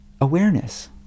awareness